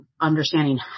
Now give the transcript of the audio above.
understanding